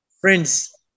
Friends